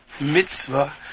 mitzvah